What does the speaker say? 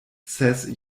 ses